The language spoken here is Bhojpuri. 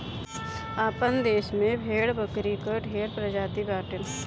आपन देस में भेड़ बकरी कअ ढेर प्रजाति बाटे